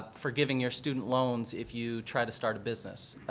forgiving your student loans if you try to start a business.